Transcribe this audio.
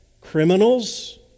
criminals